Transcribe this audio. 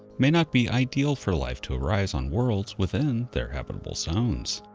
may not be ideal for life to arise on worlds within their habitable zones,